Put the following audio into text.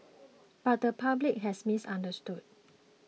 but the public has misunderstood